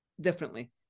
differently